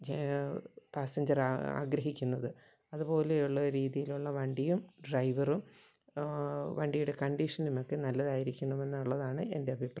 passenger ആഗ്രഹിക്കുന്നത് അതുപോലെയുള്ള രീതിയിലുള്ള വണ്ടിയും ഡ്രൈവറും വണ്ടിയുടെ കണ്ടീഷനുമൊക്കെ നല്ലതായിരിക്കണം എന്നുള്ളതാണ് എൻ്റെ അഭിപ്രായം